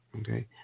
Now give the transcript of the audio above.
Okay